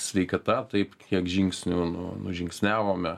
sveikata taip kiek žingsnių nu nužingsniavome